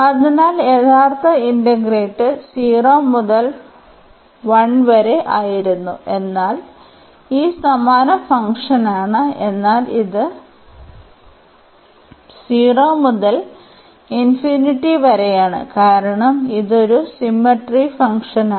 അതിനാൽ യഥാർത്ഥ ഇന്റഗ്രേറ്റ് 0 മുതൽ 1 വരെ ആയിരുന്നു എന്നാൽ ഇത് സമാന ഫoഗ്ഷനാണ് എന്നാൽ ഇത് 0 മുതൽ വരെയാണ് കാരണം ഇത് ഒരു സിമ്മെട്രി ഫംഗ്ഷനാണ്